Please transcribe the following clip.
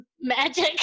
magic